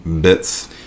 bits